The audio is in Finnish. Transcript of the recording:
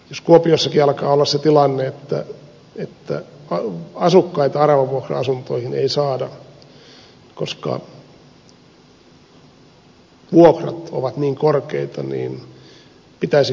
jos kuopiossakin alkaa olla se tilanne että asukkaita aravavuokra asuntoihin ei saada koska vuokrat ovat niin korkeita pitäisi kyllä huolestua